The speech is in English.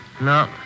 No